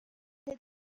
alde